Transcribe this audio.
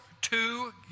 two